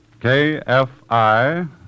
KFI